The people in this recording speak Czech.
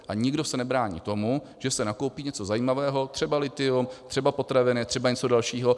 A nikdo se nebrání tomu, že se nakoupí něco zajímavého, třeba lithium, třeba potraviny, třeba něco dalšího.